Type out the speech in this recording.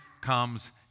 comes